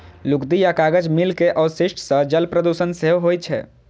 लुगदी आ कागज मिल के अवशिष्ट सं जल प्रदूषण सेहो होइ छै